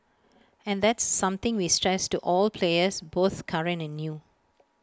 and that's something we stress to all players both current and new